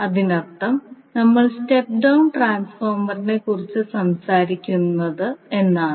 അതിനർത്ഥം നമ്മൾ step down ട്രാൻസ്ഫോർമറിനെക്കുറിച്ചാണ് സംസാരിക്കുന്നത് എന്നാണ്